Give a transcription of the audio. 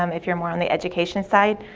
um if you're more on the education side.